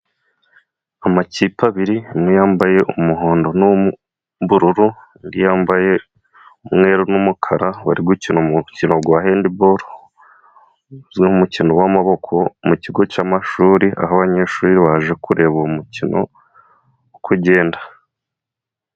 Amakipe abiri imwe yambaye umuhondo n'ubururu indi yambaye umweru n'umukara bari gukina umukino gwa hendibiro n'umukino w'amaboko mu kigo cy'amashuri aho abanyeshuri baje kureba uwo mukino uko ugenda.